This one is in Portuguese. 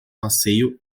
passeio